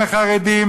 לחרדים,